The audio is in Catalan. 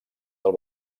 del